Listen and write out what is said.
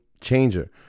changer